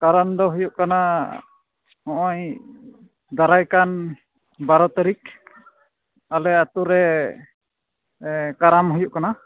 ᱠᱟᱨᱚᱱ ᱫᱚ ᱦᱩᱭᱩᱜ ᱠᱟᱱᱟ ᱦᱚᱜᱼᱚᱸᱭ ᱫᱟᱨᱟᱭ ᱠᱟᱱ ᱵᱟᱨᱚ ᱛᱟᱹᱨᱤᱠᱷ ᱟᱞᱮ ᱟᱛᱳ ᱨᱮ ᱠᱟᱨᱟᱢ ᱦᱩᱭᱩᱜ ᱠᱟᱱᱟ